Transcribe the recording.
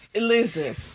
Listen